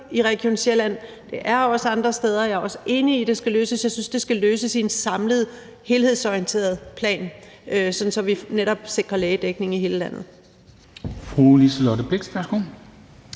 i Region Sjælland. Det er også andre steder. Jeg er også enig i, at det skal løses. Jeg synes, det skal løses i en samlet helhedsorienteret plan, sådan at vi netop sikrer lægedækning i hele landet.